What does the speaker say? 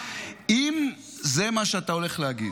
--- אם זה מה שאתה הולך להגיד,